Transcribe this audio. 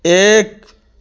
ایک